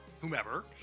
whomever